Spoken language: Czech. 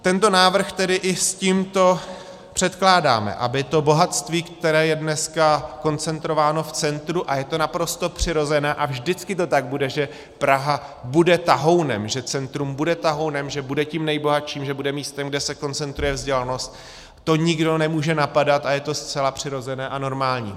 Tento návrh tedy i s tímto předkládáme, aby to bohatství, které je dneska koncentrováno v centru a je to naprosto přirozené a vždycky to tak bude, že Praha bude tahounem, že centrum bude tahounem, že bude tím nejbohatším, že bude místem, kde se koncentruje vzdělanost, to nikdo nemůže napadat a je to zcela přirozené a normální.